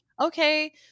okay